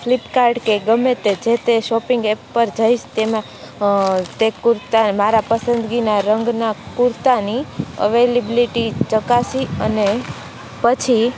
Flipkart કે ગમે તે જે તે શોપિંગ એપ પર જઈશ તેમાં તે કુર્તા મારા પસંદગીના રંગના કુર્તાની અવેલેબિલિટી ચકાસી અને પછી